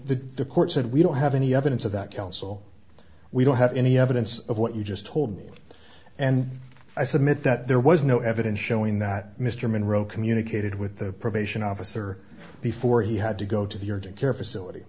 the decor said we don't have any evidence of that council we don't have any evidence of what you just told me and i submit that there was no evidence showing that mr monroe communicated with the probation officer before he had to go to the urgent care facility